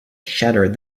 shattered